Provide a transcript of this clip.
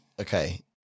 okay